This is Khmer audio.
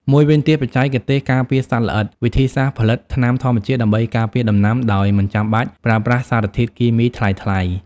មួយវិញទៀតបច្ចេកទេសការពារសត្វល្អិត វិធីសាស្ត្រផលិតថ្នាំធម្មជាតិដើម្បីការពារដំណាំដោយមិនចាំបាច់ប្រើប្រាស់សារធាតុគីមីថ្លៃៗ។